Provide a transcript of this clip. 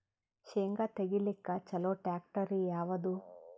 ಶೇಂಗಾ ತೆಗಿಲಿಕ್ಕ ಚಲೋ ಟ್ಯಾಕ್ಟರಿ ಯಾವಾದು?